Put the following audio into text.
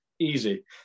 Easy